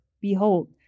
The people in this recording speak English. behold